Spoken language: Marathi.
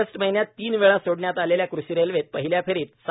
ऑगस्ट महिन्यात तीनवेळा सोडण्यात आलेल्या कृषीरेल्वेत पहिल्या फेरीत दि